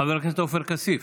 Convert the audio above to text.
חבר הכנסת עופר כסיף,